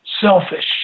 selfish